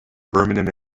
birmingham